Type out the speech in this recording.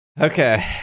Okay